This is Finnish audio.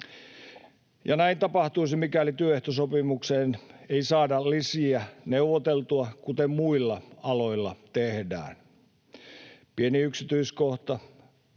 näin tapahtuisi, mikäli työehtosopimukseen ei saada lisiä neuvoteltua, kuten muilla aloilla tehdään. Pieni yksityiskohta: